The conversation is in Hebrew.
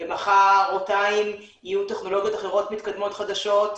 ומחרתיים יהיו טכנולוגיות אחרות מתקדמות חדשות,